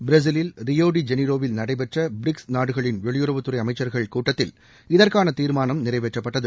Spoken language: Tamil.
பிரேஸிலில் ரியோடிஜெனிரோவில் நடைபெற்ற பிரிக்ஸ் நாடுகளின் வெளியுறவுத்துறை அமைச்சர்கள் கூட்டத்தில் இதற்கான தீர்மானம் நிறைவேற்றப்பட்டது